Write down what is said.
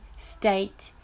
state